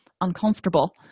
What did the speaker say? uncomfortable